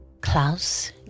Klaus